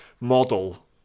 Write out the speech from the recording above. model